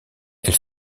elle